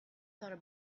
thought